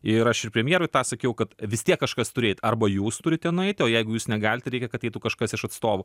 ir aš ir premjerui tą sakiau kad vis tiek kažkas turi eit arba jūs turite nueiti o jeigu jūs negalite reikia kad eitų kažkas iš atstovų